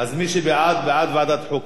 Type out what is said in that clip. אז מי שבעד, בעד ועדת חוקה.